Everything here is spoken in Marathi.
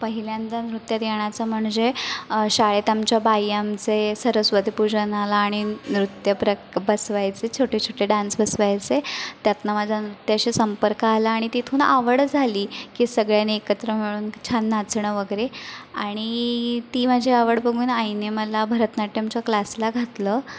पहिल्यांदा नृत्यात येण्याचं म्हणजे शाळेत आमच्या बाई आमचे सरस्वती पूजनाला आणि नृत्य प्रक बसवायच्या छोटे छोटे डान्स बसवायचे त्यातनं माझा नृत्याशी संपर्क आला आणि तेथून आवडच झाली की सगळ्यांनी एकत्र मिळून छान नाचणं वगैरे आणि ती माझी आवड बघून आईने मला भरतनाट्यमच्या क्लासला घातलं